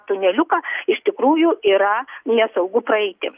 tuneliuką iš tikrųjų yra nesaugu praeiti